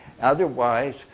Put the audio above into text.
Otherwise